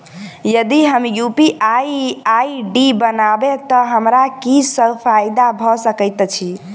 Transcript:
यदि हम UPI ID बनाबै तऽ हमरा की सब फायदा भऽ सकैत अछि?